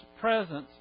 presence